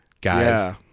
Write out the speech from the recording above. guys